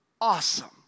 awesome